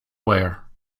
wear